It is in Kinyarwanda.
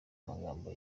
magambo